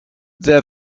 their